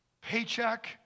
paycheck